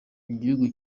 igihugu